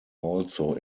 also